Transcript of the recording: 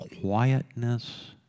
quietness